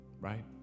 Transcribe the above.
Right